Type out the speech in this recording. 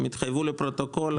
הם התחייבו לפרוטוקול.